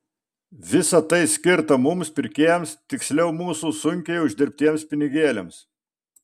visa tai skirta mums pirkėjams tiksliau mūsų sunkiai uždirbtiems pinigėliams